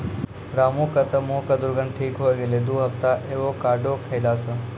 रामू के तॅ मुहों के दुर्गंध ठीक होय गेलै दू हफ्ता एवोकाडो खैला स